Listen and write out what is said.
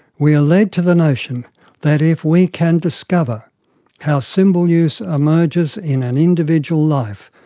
we are led to the notion that if we can discover how symbol use emerges in an individual life,